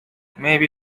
maybe